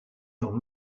dans